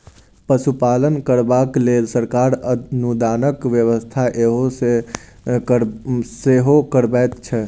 पशुपालन करबाक लेल सरकार अनुदानक व्यवस्था सेहो करबैत छै